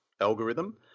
algorithm